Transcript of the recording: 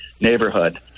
neighborhood